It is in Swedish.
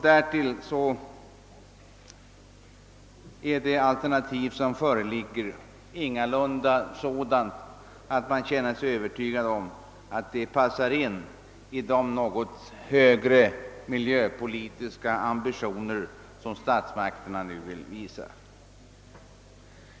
Därtill är det alternativ som föreligger ingalunda sådant, att man känner sig övertygad om att det passar in i de något högre miljöpolitiska ambitioner som statsmakterna nu bör visa.